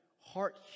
heart